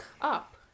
up